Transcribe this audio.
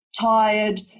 tired